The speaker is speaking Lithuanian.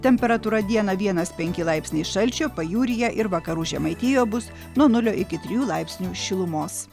temperatūra dieną vienas penki laipsniai šalčio pajūryje ir vakarų žemaitijoje bus nuo nulio iki trijų laipsnių šilumos